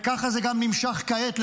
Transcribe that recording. וככה זה נמשך גם כעת,